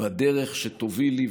בדרך שתובילי,